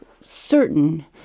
certain